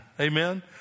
Amen